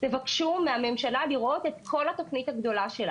תבקשו מהממשלה לראות את כל התוכנית הגדולה שלה.